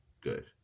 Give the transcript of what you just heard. good